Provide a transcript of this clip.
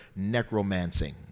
Necromancing